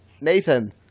Nathan